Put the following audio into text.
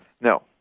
No